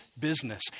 business